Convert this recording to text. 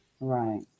Right